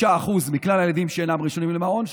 45% מכלל הילדים אינם רשומים למעון.